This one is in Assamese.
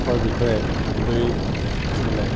সৰ বিষয়ে ক'বলৈ গ'লে